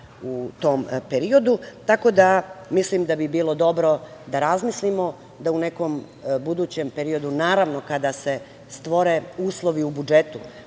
u tom periodu tako da mislim da bi bilo dobro da razmislimo da u nekom budućem periodu, naravno kada se stvore uslovi u budžetu,